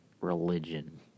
religion